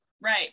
Right